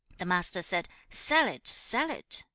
the master said, sell it! sell it!